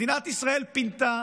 מדינת ישראל פינתה